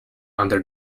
under